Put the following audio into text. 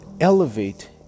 elevate